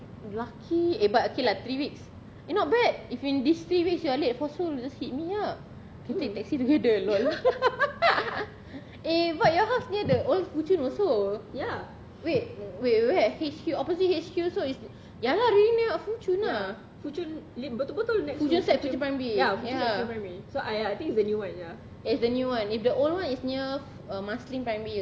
lucky eh but okay like three weeks eh not bad if in this three weeks you are late for school you just hit me up we take taxi together LOL eh but your house near the old fuchun also wait wait wait where is H_Q opposite H_Q so it's ya lah really near fuchun ah fuchun sec fuchun primary it's the new one if the old one is near uh marsiling primary also